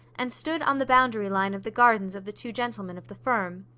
and stood on the boundary-line of the gardens of the two gentlemen of the firm.